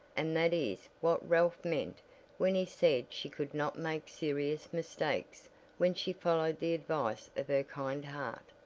and that is what ralph meant when he said she could not make serious mistakes when she followed the advice of her kind heart.